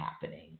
happening